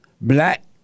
black